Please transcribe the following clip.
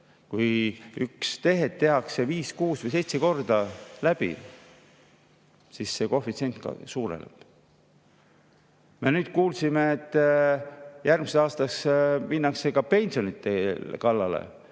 Kui tehe tehakse viis, kuus või seitse korda läbi, siis see koefitsient suureneb. Me kuulsime, et järgmisel aastal minnakse ka pensionide kallale.Me